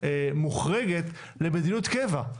מוחרגת למדיניות קבע?